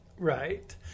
Right